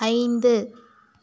ஐந்து